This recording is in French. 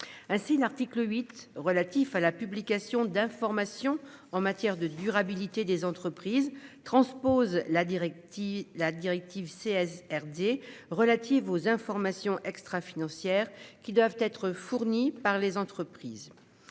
Ainsi l'article 8 relatif à la publication d'informations en matière de durabilité des entreprises transpose la directive la directive CS RD relatives aux informations extra-financière qui doivent être fournis par les entreprises.